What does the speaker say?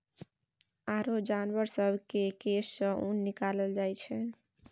आरो जानबर सब केर केश सँ ऊन निकालल जाइ छै